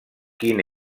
quin